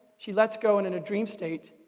she lets go, and in a dream state,